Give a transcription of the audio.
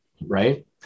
Right